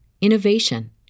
innovation